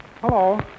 Hello